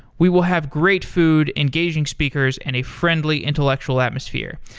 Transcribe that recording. we will have great food, engaging speakers, and a friendly intellectual atmosphere.